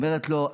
אומרת לו: